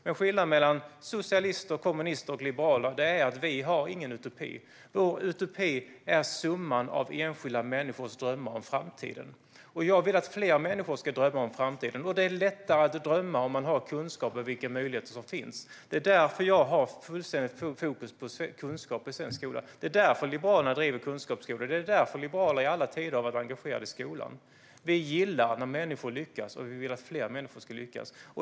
Men skillnaden mellan socialister, kommunister och liberaler är att vi inte har någon utopi. Vår utopi är summan av enskilda människors drömmar om framtiden. Jag vill att fler människor ska drömma om framtiden, och det är lättare att drömma om man har kunskap om vilka möjligheter som finns. Det är därför som jag har fullständigt fokus på kunskap i svensk skola. Det är därför Liberalerna driver kunskapsskolor. Det är därför liberaler i alla tider har varit engagerade i skolan. Vi gillar när människor lyckas, och vi vill att fler människor ska lyckas.